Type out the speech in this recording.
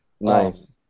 Nice